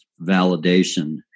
validation